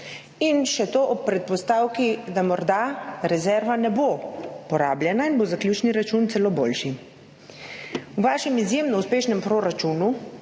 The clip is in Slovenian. In še to ob predpostavki, da morda rezerva ne bo porabljena in bo zaključni račun celo boljši. V vašem izjemno uspešnem proračunu